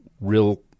real